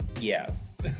Yes